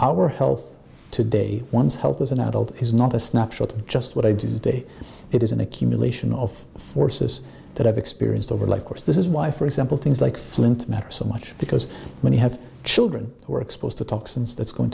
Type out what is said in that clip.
our health to day one's health as an adult is not a snapshot of just what i did today it is an accumulation of forces that i've experienced over the course this is why for example things like flint matters so much because when you have children who are exposed to toxins that's going